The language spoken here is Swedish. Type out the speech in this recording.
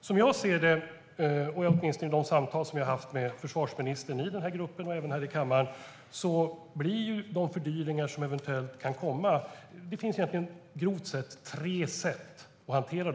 Som jag ser det, åtminstone utifrån de samtal vi har haft med försvarsministern i gruppen och även här i kammaren, finns det grovt sett tre sätt att hantera de fördyringar som eventuellt kan komma.